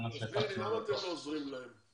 תגידי לי למה אתם לא עוזרים להם.